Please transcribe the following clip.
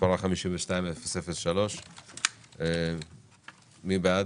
שמספרה 52-003. מי בעד?